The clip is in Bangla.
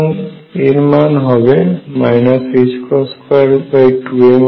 সুতরাং এর মান হবে 22mr222